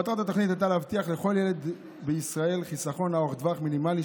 מטרת התוכנית הייתה להבטיח לכל ילדי ישראל חיסכון ארוך טווח מינימלי,